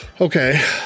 okay